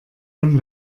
von